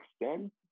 extent